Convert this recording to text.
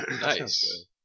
Nice